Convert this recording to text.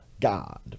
God